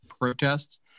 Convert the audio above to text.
protests